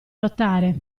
lottare